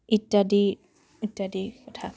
ইত্যাদি ইত্যাদি কথা